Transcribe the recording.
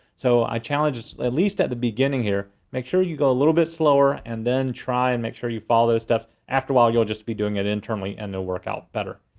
so i challenge is at least at the beginning here, make sure you go a little bit slower and then try and make sure you follow those steps. after a while, you'll just be doing it internally and they'll work out better.